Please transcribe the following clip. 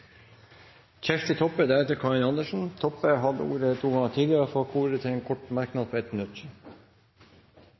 Toppe har hatt ordet to ganger tidligere og får ordet til en kort merknad, begrenset til 1 minutt.